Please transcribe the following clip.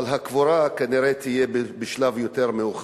אבל הקבורה, כנראה, תהיה בשלב יותר מאוחר,